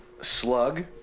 slug